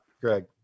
Greg